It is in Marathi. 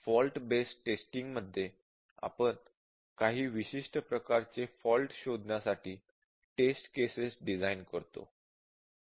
फॉल्ट बेस्ड टेस्टिंग मध्ये आपण काही विशिष्ट प्रकारचे फॉल्ट शोधण्यासाठी टेस्ट केसेस डिझाईन करतो